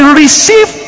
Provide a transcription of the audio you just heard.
receive